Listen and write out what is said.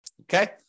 Okay